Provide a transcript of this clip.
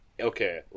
okay